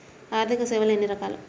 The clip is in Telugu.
ఆర్థిక సేవలు ఎన్ని రకాలు?